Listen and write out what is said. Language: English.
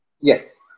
Yes